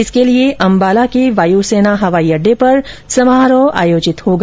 इसके लिए अंबाला के वायुसेना हवाई अड्डे पर समारोह आयोजित किया जाएगा